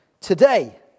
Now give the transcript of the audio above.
today